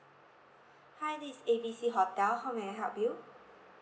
hi this is A B C hotel how may I help you